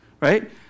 Right